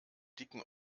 dicken